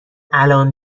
الان